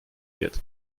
wird